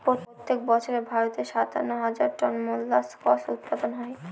প্রত্যেক বছর ভারতে সাতান্ন হাজার টন মোল্লাসকস উৎপাদন হয়